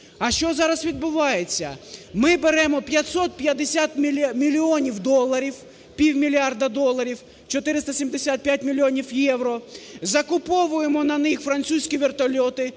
А що зараз відбувається? Ми беремо 550 мільйонів доларів, півмільярда доларів, 475 мільйонів євро, закуповуємо на них французькі вертольоти.